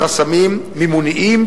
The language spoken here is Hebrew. חסמים מימוניים,